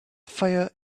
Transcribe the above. fire